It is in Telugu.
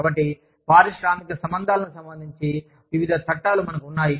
కాబట్టి పారిశ్రామిక సంబంధాలకు సంబంధించిన వివిధ చట్టాలు మనకు ఉన్నాయి